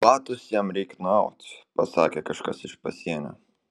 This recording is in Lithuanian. batus jam reik nuaut pasakė kažkas iš pasienio